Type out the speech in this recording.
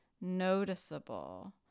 noticeable